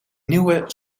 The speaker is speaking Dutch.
nieuwe